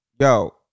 yo